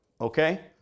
okay